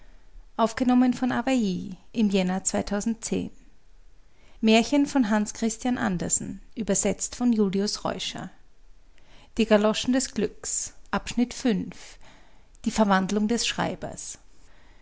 galoschen die der